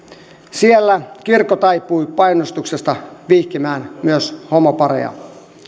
siellä kirkko taipui painostuksesta vihkimään myös homopareja